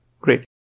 Great